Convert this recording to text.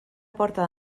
porta